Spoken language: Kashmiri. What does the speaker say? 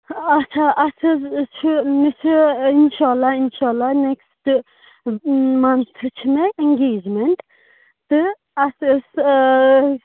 اَچھا اَسہِ حظ چھِ مےٚ چھِ اِنشا اللہ اِنشا اللہ نیٚکسٹہٕ مَنتھ چھِ مےٚ ایٚنٛگیجمٮ۪نٛٹ تہٕ اَسہِ ٲسۍ